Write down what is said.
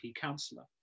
councillor